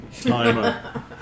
timer